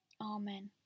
Amen